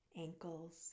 ankles